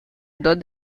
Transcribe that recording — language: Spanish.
dos